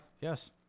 Yes